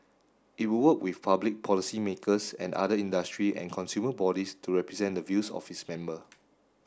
it will work with public policymakers and other industry and consumer bodies to represent the views of its member